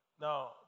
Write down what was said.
Now